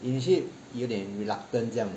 is it 有点 reluctant 这样